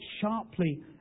sharply